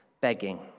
begging